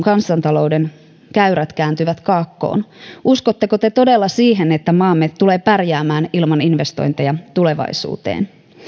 kansantalouden käyrät kääntyvät kaakkoon uskotteko te todella siihen että maamme tulee pärjäämään ilman investointeja tulevaisuuteen